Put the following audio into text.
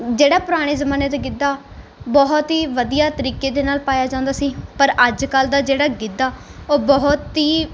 ਜਿਹੜਾ ਪੁਰਾਣੇ ਜਮਾਨੇ ਦਾ ਗਿੱਧਾ ਬਹੁਤ ਹੀ ਵਧੀਆ ਤਰੀਕੇ ਦੇ ਨਾਲ ਪਾਇਆ ਜਾਂਦਾ ਸੀ ਪਰ ਅੱਜ ਕੱਲ੍ਹ ਦਾ ਜਿਹੜਾ ਗਿੱਧਾ ਉਹ ਬਹੁਤ ਹੀ